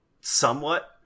somewhat